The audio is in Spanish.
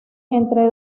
entre